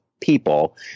people